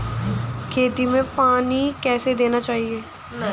खेतों में पानी कैसे देना चाहिए?